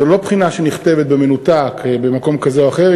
זו לא בחינה שנכתבת במנותק במקום כזה או אחר.